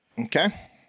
Okay